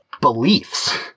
beliefs